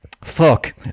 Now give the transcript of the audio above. fuck